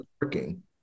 working